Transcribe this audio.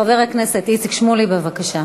חבר הכנסת איציק שמולי, בבקשה.